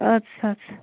اَدٕ سا اَدٕ سا